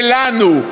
שלנו.